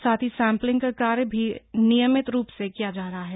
साथ ही सैम्पलिंग का कार्य भी नियमित रूप से किया जा रहा है